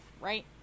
right